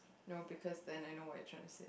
no because then I know what you're trying to say